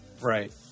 right